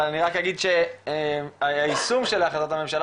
אבל אני רק אגיד היישום של החלטת הממשלה